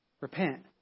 Repent